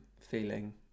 feeling